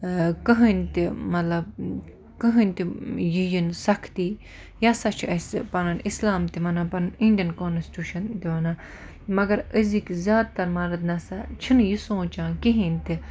کٕہٕنۍ تہِ مَطلَب کٕہٕنۍ تہِ یہِ یِن سَختی یہِ ہَسا چھُ اَسہِ پَنُن اِسلام تہِ وَنان پَنُن اِنڈیَن کانسٹیٚوشَن تہِ وَنان مَگَر أزِکۍ زیاد تَر مرٕد نَسا چھِنہٕ یہِ سونٛچان کِہیٖنٛۍ تہِ